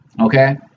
Okay